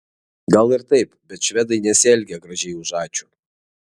gal ir taip bet švedai nesielgia gražiai už ačiū